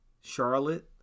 Charlotte